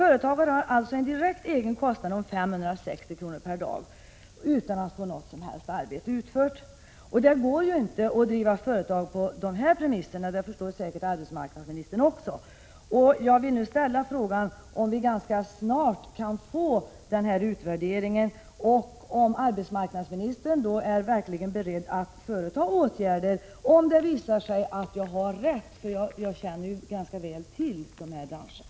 Företagaren har alltså en direkt egen kostnad om 560 kr. per dag utan att få något som helst arbete utfört. Det går inte att driva företag på dessa premisser, det förstår säkert arbetsmarknadsministern också. Jag vill nu ställa frågan om vi ganska snart kan få denna utvärdering, och om arbetsmarknadsministern då är beredd att verkligen vidta åtgärder när det visar sig att jag har rätt. Jag känner ju ganska väl till dessa branscher.